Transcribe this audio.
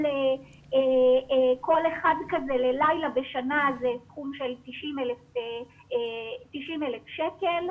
כל אחד כזה ללילה בשנה זה סכום של 90,000 שקל,